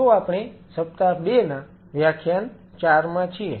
તો આપણે સપ્તાહ 2 ના વ્યાખ્યાન 4 માં છીએ